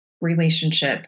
relationship